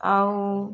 ଆଉ